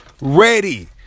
ready